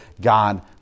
God